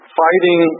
fighting